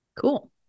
Cool